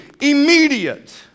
immediate